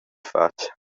fatg